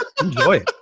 Enjoy